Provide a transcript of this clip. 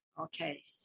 Okay